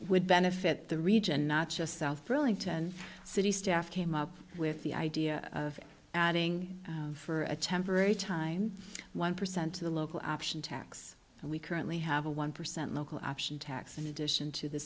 would benefit the region not just south burlington city staff came up with the idea of adding for a temporary time one percent to the local option tax and we currently have a one percent local option tax in addition to the